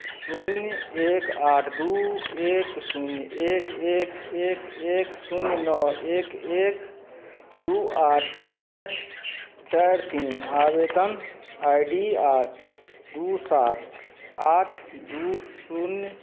शून्य एक आठ दुइ एक शून्य एक एक एक एक शून्य नओ एक एक दुइ आठ छओ चारि तीन आवेदन आइ डी आओर दुइ सात आठ दुइ शून्य